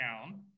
down